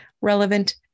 relevant